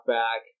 back